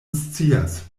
scias